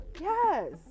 yes